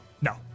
No